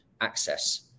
access